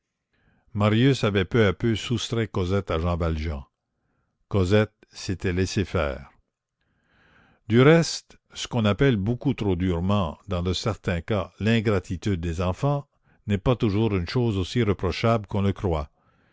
marius avait peu à peu soustrait cosette à jean valjean cosette s'était laissé faire du reste ce qu'on appelle beaucoup trop durement dans de certains cas l'ingratitude des enfants n'est pas toujours une chose aussi reprochable qu'on le croit